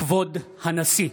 כבוד הנשיא!